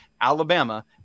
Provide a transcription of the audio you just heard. Alabama